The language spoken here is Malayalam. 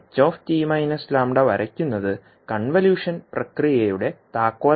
ht λ വരയ്ക്കുന്നത് കൺവല്യൂഷൻ പ്രക്രിയയുടെ താക്കോലാണ്